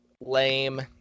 lame